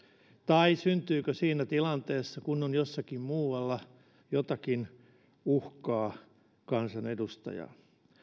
tai syntyykö siinä tilanteessa kun on jossakin muualla jotakin uhkaa kansanedustajalle